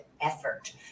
effort